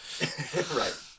Right